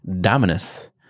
Dominus